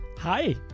Hi